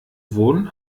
wohnen